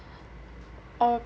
or